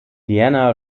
diana